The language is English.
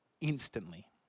instantly